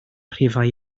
rhifau